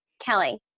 Kelly